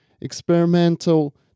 experimental